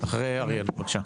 בבקשה.